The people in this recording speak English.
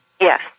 Yes